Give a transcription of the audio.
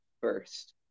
first